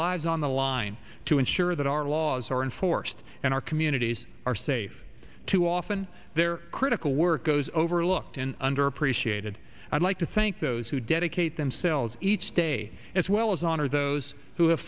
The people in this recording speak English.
lives on the line to ensure that our laws are enforced and our communities are safe too often their critical work goes overlooked and under appreciated i'd like to thank those who dedicate themselves each day as well as honor those who have